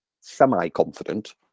semi-confident